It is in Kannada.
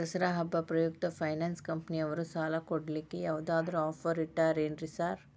ದಸರಾ ಹಬ್ಬದ ಪ್ರಯುಕ್ತ ಫೈನಾನ್ಸ್ ಕಂಪನಿಯವ್ರು ಸಾಲ ಕೊಡ್ಲಿಕ್ಕೆ ಯಾವದಾದ್ರು ಆಫರ್ ಇಟ್ಟಾರೆನ್ರಿ ಸಾರ್?